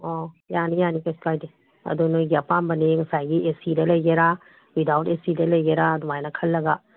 ꯑꯣ ꯌꯥꯅꯤ ꯌꯥꯅꯤ ꯀꯔꯤꯁꯨ ꯀꯥꯏꯗꯦ ꯑꯗꯣ ꯅꯣꯏꯒꯤ ꯑꯄꯥꯝꯕꯅꯤ ꯉꯁꯥꯏꯒꯤ ꯑꯦꯁꯤꯗ ꯂꯩꯒꯦꯔꯥ ꯋꯤꯗꯥꯎꯠ ꯑꯦꯁꯤꯗ ꯂꯩꯒꯦꯔꯥ ꯑꯗꯨꯃꯥꯏꯅ ꯈꯜꯂꯒ